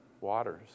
waters